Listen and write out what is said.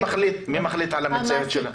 המעסיק.